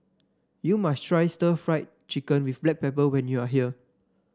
you must try Stir Fried Chicken with Black Pepper when you are here